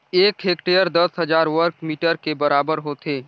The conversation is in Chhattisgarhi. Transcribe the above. एक हेक्टेयर दस हजार वर्ग मीटर के बराबर होथे